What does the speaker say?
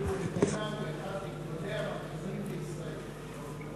אביהו מדינה, מגדולי, בישראל.